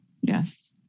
yes